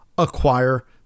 acquire